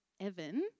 Evan